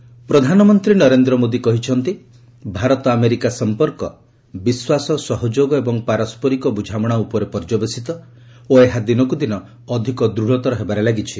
PM ପ୍ରଧାନମନ୍ତ୍ରୀ ନରେନ୍ଦ୍ର ମୋଦି କହିଛନ୍ତି Bharat America ସଂପର୍କ ବିଶ୍ୱାସ ସହଯୋଗ ଏବଂ ପାରସ୍କରିକ ବୁଝାମଣା ଉପରେ ପର୍ଯ୍ୟବେସିତ ଓ ଏହା ଦିନକୁ ଦିନ ଅଧିକ ଦୂଢ଼ତର ହେବାରେ ଲାଗିଛି